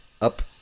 up